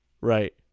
Right